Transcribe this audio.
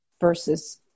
versus